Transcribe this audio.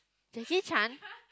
Jackie-Chan